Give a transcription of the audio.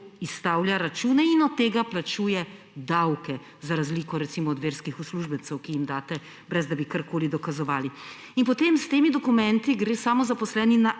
izstavlja račune in od tega plačuje davke, za razliko recimo od verskih uslužbencev, ki jim date, ne da bi kakorkoli dokazovali. In potem gre s temi dokumenti samozaposleni na